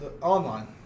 Online